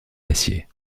l’acier